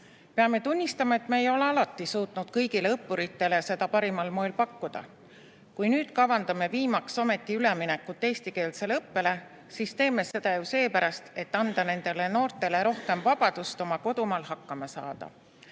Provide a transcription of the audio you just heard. Peame tunnistama, et me ei ole alati suutnud kõigile õppuritele seda parimal moel pakkuda. Kui nüüd kavandame viimaks ometi üleminekut eestikeelsele õppele, siis teeme seda seepärast, et anda nendele noortele rohkem vabadust oma kodumaal hakkama saada.